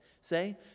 say